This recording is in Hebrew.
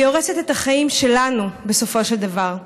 והיא הורסת את החיים שלנו, בסופו של דבר.